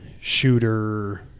shooter